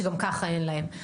שגם ככה אין להם.